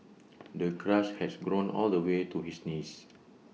the grass had grown all the way to his knees